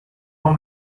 هام